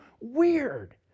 weird